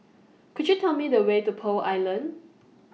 Could YOU Tell Me The Way to Pearl Island